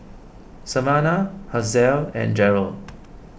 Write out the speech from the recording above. Savanna Hazelle and Jerrell